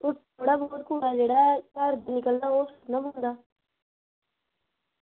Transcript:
ओह् थोह्ड़ा बहोत कूड़ा जेह्ड़ा घर निकलदा ओह् सुट्टना पौंदा